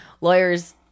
lawyers